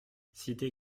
cité